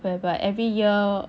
whereby every year